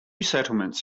settlements